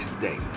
today